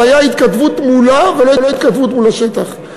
זו הייתה התכתבות מולה ולא התכתבות מול השטח.